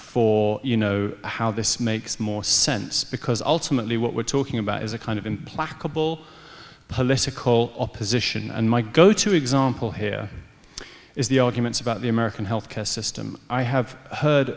for you know how this makes more sense because ultimately what we're talking about is a kind of implacable political opposition and my goto example here is the arguments about the american healthcare system i have heard